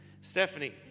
Stephanie